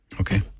Okay